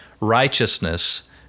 righteousness